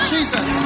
Jesus